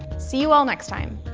see you all next time.